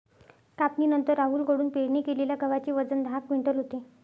कापणीनंतर राहुल कडून पेरणी केलेल्या गव्हाचे वजन दहा क्विंटल होते